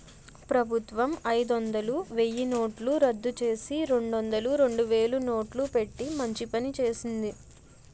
ప్రభుత్వం అయిదొందలు, వెయ్యినోట్లు రద్దుచేసి, రెండొందలు, రెండువేలు నోట్లు పెట్టి మంచి పని చేసింది